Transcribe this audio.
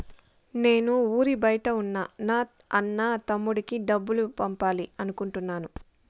నేను ఊరి బయట ఉన్న నా అన్న, తమ్ముడికి డబ్బులు పంపాలి అనుకుంటున్నాను